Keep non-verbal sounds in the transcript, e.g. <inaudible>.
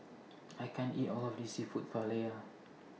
<noise> I can't eat All of This Seafood Paella